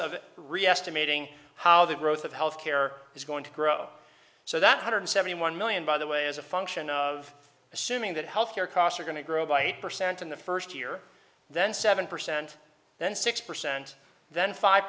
meeting how the growth of health care is going to grow so that hundred seventy one million by the way is a function of assuming that health care costs are going to grow by eight percent in the first year then seven percent then six percent then five